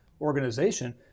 organization